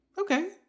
Okay